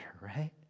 right